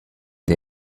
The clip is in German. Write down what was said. der